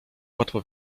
łatwo